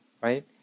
right